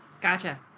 Gotcha